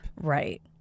Right